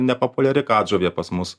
nepopuliari katžuvė pas mus